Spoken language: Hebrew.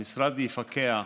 המשרד יפקח.